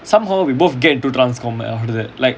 somehow we both get into transcom after that like